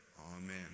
Amen